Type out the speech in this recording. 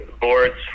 boards